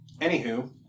anywho